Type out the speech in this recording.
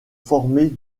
formées